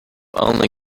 only